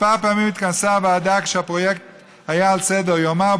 כמה פעמים התכנסה הוועדה והפרויקט היה על סדר-יומה.